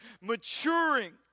maturing